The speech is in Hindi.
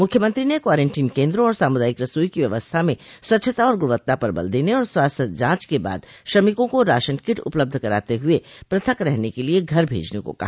मुख्यमंत्री ने क्वारेंटीन केन्द्रों और सामुदायिक रसोई की व्यवस्था में स्वच्छता और गुणवत्ता पर बल देने और स्वास्थ्य जांच के बाद श्रमिकों को राशन किट उपलब्ध कराते हुए पृथक रहने के लिये घर भेजने को कहा